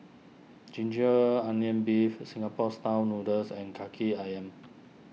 Ginger Onions Beef Singapore Style Noodles and Kaki Ayam